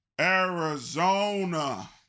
Arizona